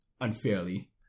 unfairly